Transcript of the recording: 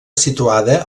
situada